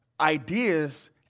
ideas